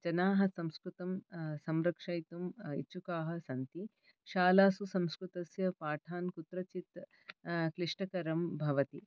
जनाः संस्कृतं संरक्षयितुम् इच्छुकाः सन्ति शालासु संस्कृतस्य पाठान् कुत्रचित् क्लिष्टकरं भवति